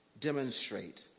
demonstrate